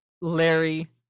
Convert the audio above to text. Larry